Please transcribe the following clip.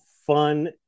fun